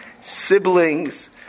siblings